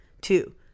two